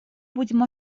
будем